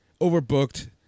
overbooked